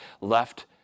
left